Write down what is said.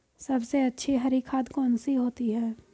सबसे अच्छी हरी खाद कौन सी होती है?